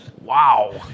Wow